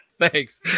Thanks